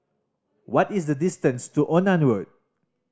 what is the distance to Onan Road